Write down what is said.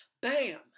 Bam